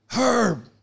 Herb